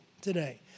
today